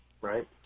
right